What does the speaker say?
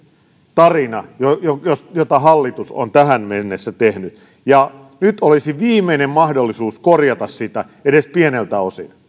tarina jota hallitus on tähän mennessä tehnyt nyt olisi viimeinen mahdollisuus korjata sitä edes pieneltä osin